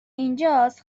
اینجاس